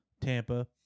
Tampa